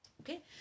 Okay